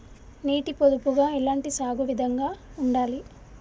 నీటి పొదుపుగా ఎలాంటి సాగు విధంగా ఉండాలి?